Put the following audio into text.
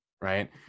right